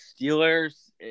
Steelers